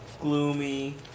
Gloomy